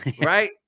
Right